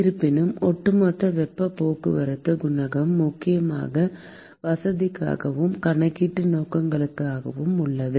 இருப்பினும் ஒட்டுமொத்த வெப்பப் போக்குவரத்து குணகம் முக்கியமாக வசதிக்காகவும் கணக்கீட்டு நோக்கங்களுக்காகவும் உள்ளது